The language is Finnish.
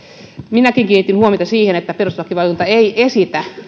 minäkin kiinnitin huomiota siihen että perustuslakivaliokunta ei esitä